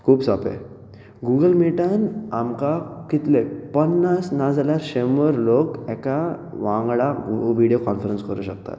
खूब सोंपें गुगल मिटान आमकां कितले पन्नास नाजाल्या शंबर लोक एका वांगडा विडयो कॉनफरन्स करूंक शकतात